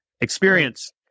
Experience